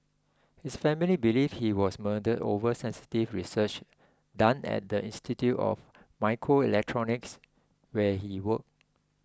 his family believe he was murdered over sensitive research done at the Institute of Microelectronics where he worked